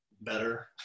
better